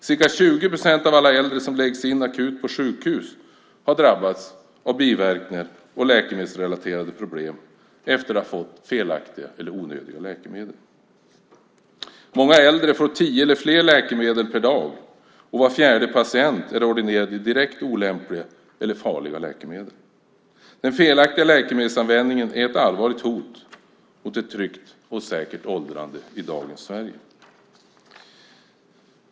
Ca 20 procent av alla äldre som läggs in akut på sjukhus har drabbats av biverkningar och läkemedelsrelaterade problem efter att ha fått felaktiga eller onödiga läkemedel. Många äldre får tio eller fler läkemedel per dag. Var fjärde patient är ordinerade direkt olämpliga eller farliga läkemedel. Den felaktiga läkemedelsanvändningen är ett allvarligt hot mot ett tryggt och säkert åldrande i dagens Sverige.